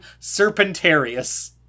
Serpentarius